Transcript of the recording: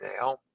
now